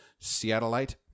Seattleite